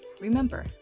Remember